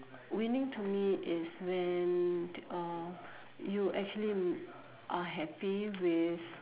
winning to me is when uh you actually are happy with